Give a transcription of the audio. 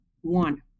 One